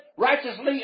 Righteously